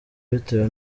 bitewe